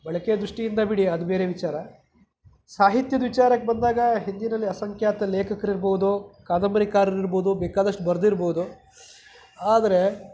ಬಳಕೆ ದೃಷ್ಟಿಯಿಂದ ಬಿಡಿ ಅದು ಬೇರೆ ವಿಚಾರ ಸಾಹಿತ್ಯದ ವಿಚಾರಕ್ಕೆ ಬಂದಾಗ ಹಿಂದಿನಲ್ಲಿ ಅಸಂಖ್ಯಾತ ಲೇಖಕರು ಇರ್ಬೋದು ಕಾದಂಬರಿಕಾರರು ಇರ್ಬೋದು ಬೇಕಾದಷ್ಟು ಬರೆದಿರ್ಬೋದು ಆದರೆ